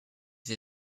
sei